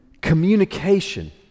communication